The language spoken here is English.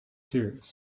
tears